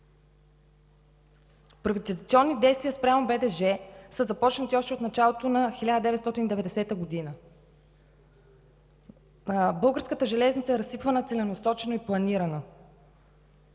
Приватизационните действия спрямо БДЖ са започнати още от началото на 1990 г. Българската железница е разсипвана целенасочено и планирано.